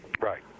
Right